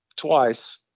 twice